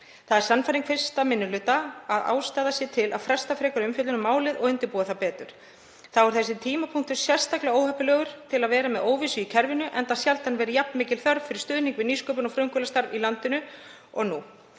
Það er sannfæring 1. minni hluta að ástæða sé til að fresta frekari umfjöllun um málið og undirbúa það betur. Þá er þessi tímapunktur sérstaklega óheppilegur til að vera með óvissu í kerfinu enda sjaldan verið jafn mikil þörf fyrir stuðning við nýsköpun og frumkvöðlastarf í landinu og nú.